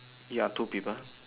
ya two people